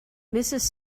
mrs